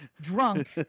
drunk